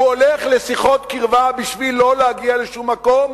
הוא הולך לשיחות קרבה בשביל לא להגיע לשום מקום,